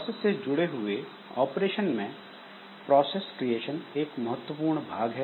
process से जुड़े हुए ऑपरेशन में प्रोसेस क्रिएशन एक महत्वपूर्ण भाग है